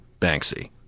Banksy